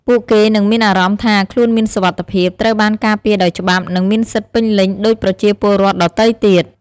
ពួកគេនឹងមានអារម្មណ៍ថាខ្លួនមានសុវត្ថិភាព ត្រូវបានការពារដោយច្បាប់ និងមានសិទ្ធិពេញលេញដូចប្រជាពលរដ្ឋដទៃទៀត។